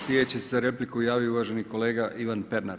Slijedeći se za repliku javio uvaženi kolega Ivan Pernar.